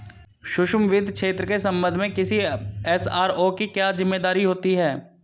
सूक्ष्म वित्त क्षेत्र के संबंध में किसी एस.आर.ओ की क्या जिम्मेदारी होती है?